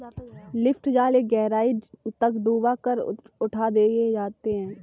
lift जाल एक गहराई तक डूबा कर उठा दिए जाते हैं